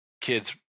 kids